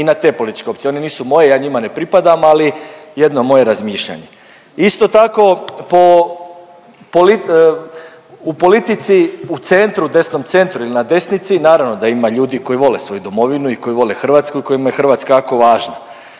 i na te političke opcije. One nisu moje, ja njima ne pripadam, ali jedno moje razmišljanje. Isto tako u politici, u centru, desnom centru ili na desnici naravno da ima ljudi koji vole svoju domovinu i koji vole Hrvatsku i kojima je Hrvatska jako važna.